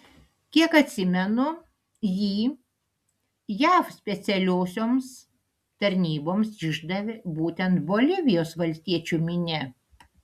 kiek atsimenu jį jav specialiosioms tarnyboms išdavė būtent bolivijos valstiečių minia